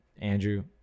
Andrew